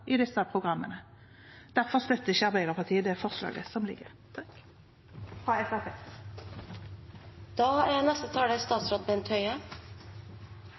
disse programmene. Derfor støtter ikke Arbeiderpartiet det forslaget som ligger i saken fra